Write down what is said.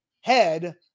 head